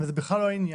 זה בכלל לא העניין.